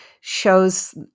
shows